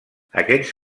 aquests